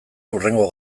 hurrengo